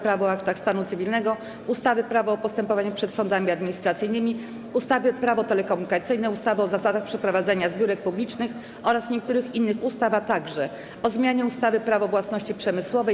Prawo o aktach stanu cywilnego, ustawy Prawo o postępowaniu przed sądami administracyjnymi, ustawy Prawo telekomunikacyjne, ustawy o zasadach przeprowadzania zbiórek publicznych oraz niektórych innych ustaw, - o zmianie ustawy Prawo własności przemysłowej.